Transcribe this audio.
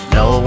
no